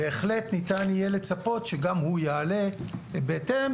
בהחלט ניתן יהיה לצפות שגם הוא יעלה בהתאם.